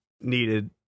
needed